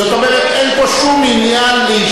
זאת אומרת, אין פה שום באישיותם.